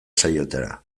saioetara